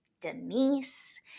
Denise